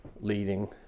leading